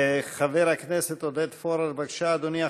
חבר הכנסת עודד פורר, בבקשה, אדוני.